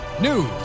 news